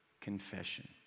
confession